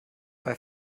bei